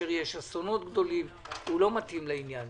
כאשר יש אסונות גדולים, הוא לא מתאים לעניין.